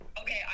Okay